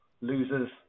losers